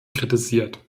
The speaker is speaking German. kritisiert